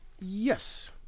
Yes